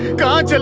god. and